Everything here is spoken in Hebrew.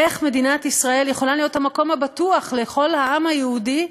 איך מדינת ישראל יכולה להיות המקום הבטוח לכל העם היהודי,